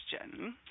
question